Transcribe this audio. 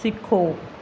ਸਿੱਖੋ